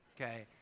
okay